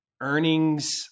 earnings